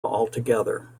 altogether